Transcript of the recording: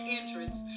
entrance